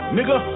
Nigga